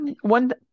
One